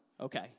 okay